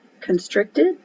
constricted